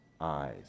eyes